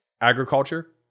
Agriculture